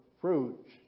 fruits